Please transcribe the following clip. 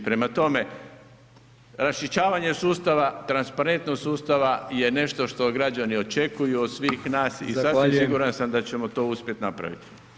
Prema tome, raščišćavanje sustava, transparentnost sustava je nešto što građani očekuju od svih nas i sasvim siguran sam da ćemo to uspjeti napraviti.